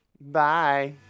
bye